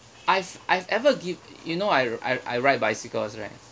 I've I've ever give~ you know I I I ride bicycles right